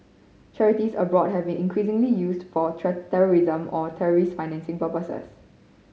charities abroad have been increasingly used for terrorism or terrorist financing purposes